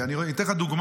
אני אתן לך דוגמה.